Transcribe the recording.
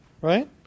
right